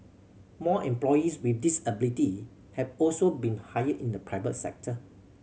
more employees with disability have also been hired in the private sector